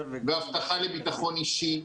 הבטחה לביטחון אישי,